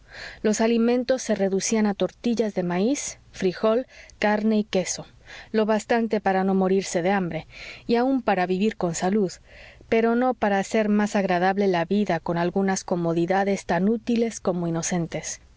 los alimentos se reducían a tortillas de maíz frijol carne y queso lo bastante para no morirse de hambre y aun para vivir con salud pero no para hacer más agradable la vida con algunas comodidades tan útiles como inocentes